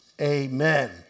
amen